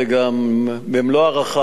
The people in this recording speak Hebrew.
גם במלוא ההערכה,